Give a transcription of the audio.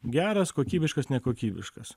geras kokybiškas nekokybiškas